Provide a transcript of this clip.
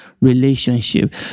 relationship